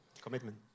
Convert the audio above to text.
commitment